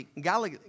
Galilee